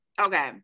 Okay